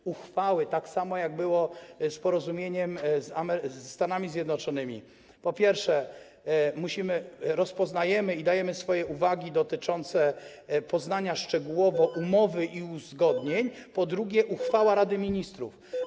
W przypadku uchwał, tak samo jak było z porozumieniem ze Stanami Zjednoczonymi, po pierwsze, rozpoznajemy i dajemy swoje uwagi dotyczące poznania szczegółowo umowy i uzgodnień, a po drugie, uchwała Rady Ministrów.